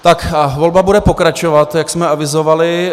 Tak a volba bude pokračovat, jak jsme avizovali.